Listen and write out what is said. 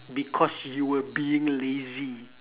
because you were being lazy